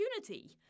opportunity